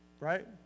Right